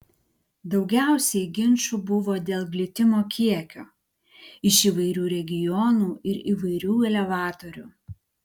daugiausiai ginčų buvo dėl glitimo kiekio iš įvairių regionų ir įvairių elevatorių